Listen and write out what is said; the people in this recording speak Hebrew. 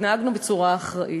התנהגנו בצורה אחראית.